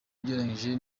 ugereranyije